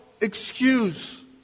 excuse